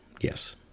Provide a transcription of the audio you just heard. Yes